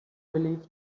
belief